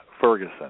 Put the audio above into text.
Ferguson